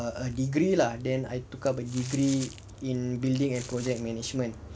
a degree lah then I took up a degree in building and project management